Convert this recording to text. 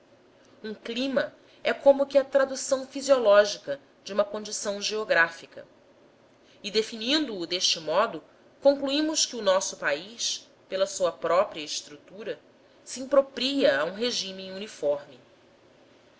um clima é como que a tradução fisiológica de uma condição geográfica e definindo o deste modo concluímos que o nosso país pela sua própria estrutura se impropria a um regime uniforme